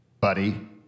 buddy